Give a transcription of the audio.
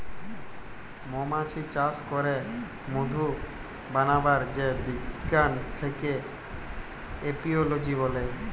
মমাছি চাস ক্যরে মধু বানাবার যে বিজ্ঞান থাক্যে এপিওলোজি ব্যলে